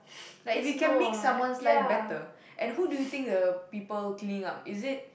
like if you can make someone's life better and who do you think the people cleaning up is it